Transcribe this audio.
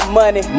money